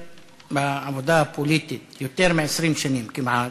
בעבודה הפוליטית יותר מ-20 שנים כמעט,